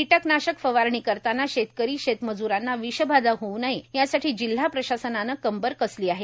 कीटकनाशक फवारणी करताना शेतकरीए शेतमजरांना विषबाधा होऊ नयेए यासाठी जिल्हा प्रशासनानं कंबर कसली आहे